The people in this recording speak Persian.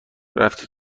رفته